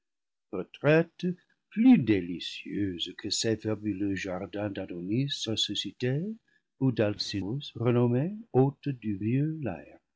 retraite plus délicieuse que ces fabuleux jardins d'adonis ressuscité ou d'alcinoüs renommé hôte du vieux